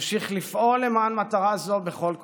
אמשיך לפעול למען מטרה זו בכל כוחי.